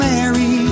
Mary